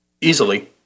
Easily